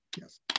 Yes